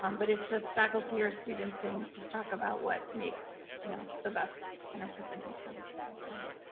um but if the faculty or students can just talk about what makes you know the best and a presentation of a student, that would help.